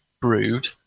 brewed